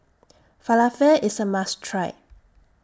Falafel IS A must Try